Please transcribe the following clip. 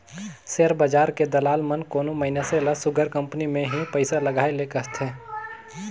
share बजार के दलाल मन कोनो मइनसे ल सुग्घर कंपनी में ही पइसा लगाए ले कहथें